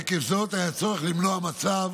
עקב זאת היה צורך למנוע מצב